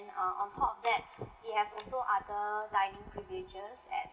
uh on top that it has also other dining privileges at